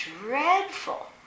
dreadful